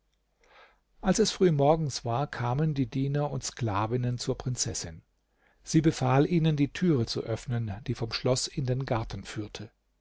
als es früh morgens war kamen die diener und sklavinnen zur prinzessin sie befahl ihnen die türe zu öffnen die vom schloß in den garten führte